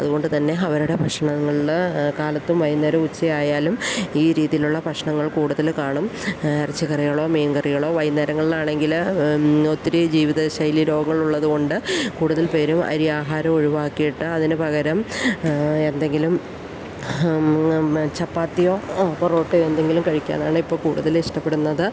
അതുകൊണ്ട് തന്നെ അവരുടെ ഭക്ഷണങ്ങളില് കാലത്തും വൈകുന്നേരവും ഉച്ച ആയാലും ഈ രീതീയിലുള്ള ഭക്ഷണങ്ങൾ കൂടുതല് കാണും ഇറച്ചികറികളോ മീൻകറികളോ വൈകന്നേരങ്ങളിലാണെങ്കില് ഒത്തിരി ജീവിതശൈലി രോഗങ്ങൾ ഉള്ളത് കൊണ്ട് കൂടുതൽ പേരും അരി ആഹാരം ഒഴിവാക്കിയിട്ട് അതിന് പകരം എന്തെങ്കിലും ചപ്പാത്തിയോ പൊറോട്ടയോ എന്തെങ്കിലും കഴിക്കാനാണ് ഇപ്പം കൂടുതലിഷ്ടപ്പെടുന്നത്